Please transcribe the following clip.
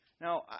Now